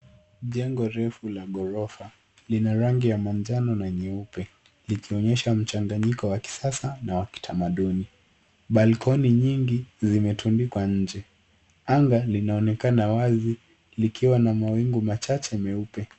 Jengo refu la ghorofa lina rangi ya manjano na nyeupe likionyesha mchanganyiko wa kisasa na wa kitamaduni. Balcony nyingi zimetundikwa nje. Anga linaonekana wazi likiwa na mawingu machache meupe.